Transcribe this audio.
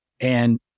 And-